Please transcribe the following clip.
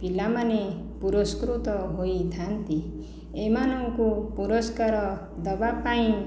ପିଲାମାନେ ପୁରସ୍କୃତ ହୋଇଥାନ୍ତି ଏମାନଙ୍କୁ ପୁରସ୍କାର ଦେବାପାଇଁ